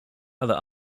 other